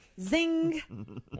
Zing